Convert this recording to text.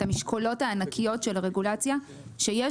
את המשקולות הענקיות של הרגולציה שיש